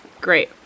Great